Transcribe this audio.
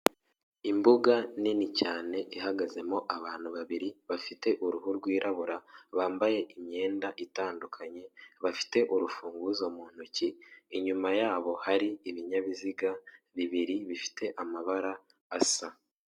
Imbuga nini cyane ihagazemo abantu babiri bafite uruhu rwirabura, bambaye imyenda itandukanye bafite urufunguzo mu ntoki inyuma yabo hari ibinyabiziga bibiri bifite amabara asa.